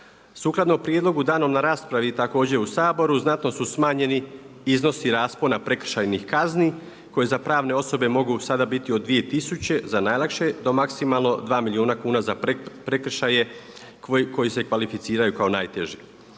Sukladno prijedlogu danom na raspravi također u Saboru znatno su smanjeni iznosi raspona prekršajnih kazni koje za pravne osobe mogu sada biti od 2000 za najlakše do maksimalno 2 milijuna kuna za prekršaje koji se kvalificiraju kao najteži.